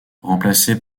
remplacées